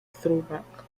throwback